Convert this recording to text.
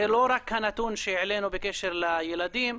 זה לא רק הנתון שהעלינו בקשר לילדים,